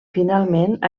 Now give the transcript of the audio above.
finalment